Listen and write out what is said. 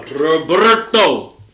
Roberto